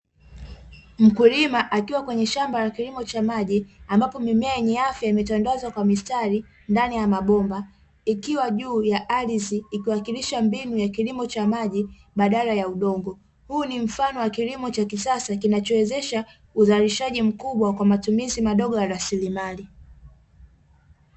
Mkulima akiwa kwenye shamba la kilimo cha maji, ambapo mimea yenye afya imetandazwa kwa mistari ndani ya mabomba. Ikiwa juu ya ardhi ikiwakilisha mbinu ya kilimo cha maji badala ya udongo. Huu ni mfano wa kilimo cha kisasa kinachowezesha uzalishaji mkubwa kwa matumizi madogo ya rasilimali.